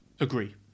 Agree